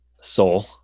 soul